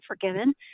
forgiven